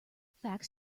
facts